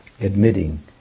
Admitting